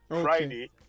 Friday